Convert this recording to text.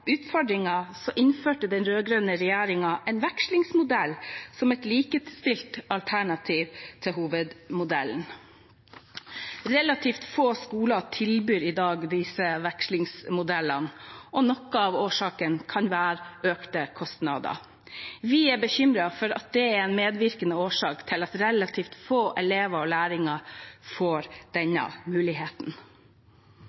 innførte den rød-grønne regjeringen en vekslingsmodell som et likestilt alternativ til hovedmodellen. Relativt få skoler tilbyr i dag disse vekslingsmodellene. Noe av årsaken kan være økte kostnader. Vi er bekymret for at dette er en medvirkende årsak til at relativt få elever og lærlinger får